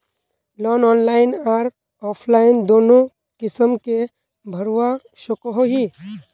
Loan online आर offline दोनों किसम के भरवा सकोहो ही?